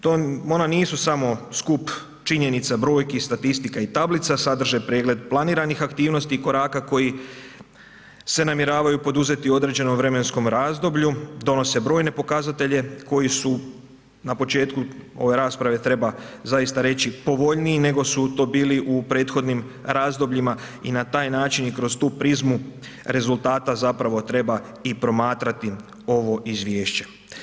To, ona nisu samo skup činjenica, brojki, statistika i tablica, sadrže pregled planiranih aktivnosti i koraka koji se namjeravaju poduzeti u određenom vremenskom razdoblju, donose brojne pokazatelje koji su, na početku ove rasprave treba zaista reći povoljniji nego su to bili u prethodnim razdobljima, i na taj način i kroz tu prizmu rezultata, zapravo treba i promatrati ovo Izvješće.